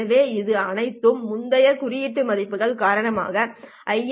எனவே இவை அனைத்தும் முந்தைய குறியீட்டு மதிப்புகள் காரணமாக ஐ